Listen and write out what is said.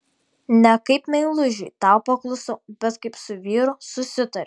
ne kaip meilužiui tau paklusau bet kaip su vyru susitariau